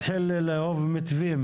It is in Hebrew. יותר הוא --- אתה מתחיל לאהוב מתווים.